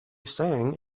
sang